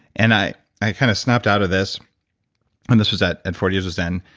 and i i kind of snapped out of this and this was at at forty years of zen.